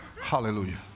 Hallelujah